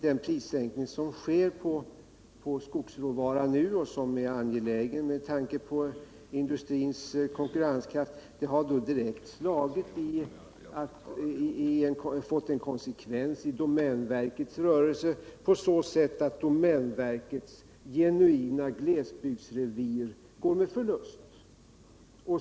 Den prissänkning på skogsråvara som nu genomförs och som är angelägen med tanke på industrins konkurrenskraft har givit ett direkt utslag i domänverkets rörelse, på så sätt att domänverkets genuina glesbygdsrevir går med förlust.